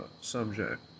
subject